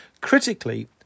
Critically